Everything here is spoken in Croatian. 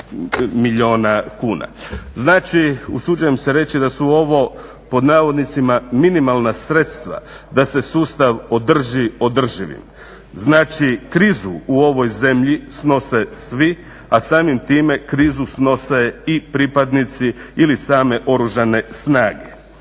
milijuna kuna. Znači, usuđujem se reći da su ovo, pod navodnicima, minimalna sredstva da se sustav održi održivim. Znači, krizu u ovoj zemlji snose svi, a samim time krizu snose i pripadnici ili same Oružane snage.